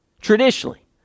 traditionally